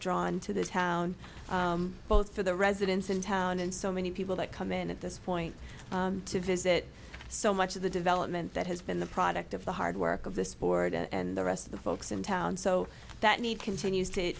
drawn to the town both for the residents in town and so many people that come in at this point to visit so much of the development that has been the product of the hard work of this board and the rest of the folks in town so that need continues to